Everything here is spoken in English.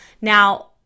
Now